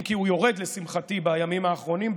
אם כי הוא יורד לשמחתי בימים האחרונים,